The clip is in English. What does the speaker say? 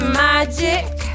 magic